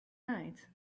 night